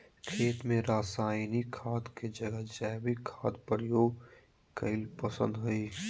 खेत में रासायनिक खाद के जगह जैविक खाद प्रयोग कईल पसंद हई